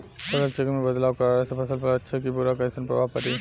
फसल चक्र मे बदलाव करला से फसल पर अच्छा की बुरा कैसन प्रभाव पड़ी?